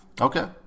Okay